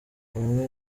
bamwe